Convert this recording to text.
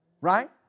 Right